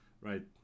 Right